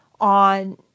on